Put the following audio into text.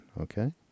Okay